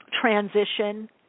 transition